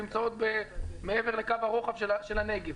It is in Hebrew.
שנמצאות מעבר לקו הרוחב של הנגב